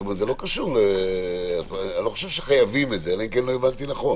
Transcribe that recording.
לא חייבים את זה.